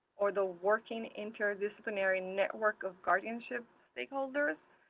or the working interdisciplinary network of guardianship stakeholders.